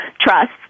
trust